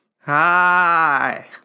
Hi